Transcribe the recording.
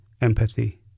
Empathy